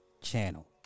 channel